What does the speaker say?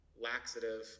laxative